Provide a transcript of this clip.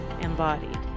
embodied